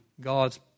God's